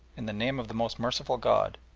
in the name of the most merciful god,